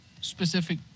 specific